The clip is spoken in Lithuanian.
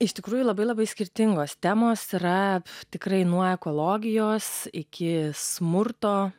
iš tikrųjų labai labai skirtingos temos yra tikrai nuo ekologijos iki smurto